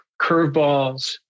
curveballs